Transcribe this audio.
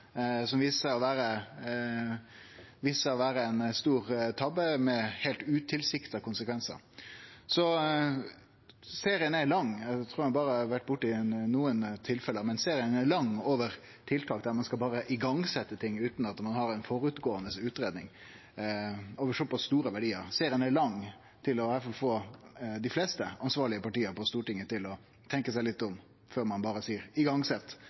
å vere ein stor tabbe med heilt utilsikta konsekvensar. Serien er lang. Eg trur eg berre har vore borti nokre tilfelle, men serien er lang med tiltak der ein berre skal setje i gang ting utan utgreiing på førehand over såpass store verdiar. Serien er lang nok til i alle fall å få dei fleste ansvarlege parti på Stortinget til å tenkje seg litt om før ein berre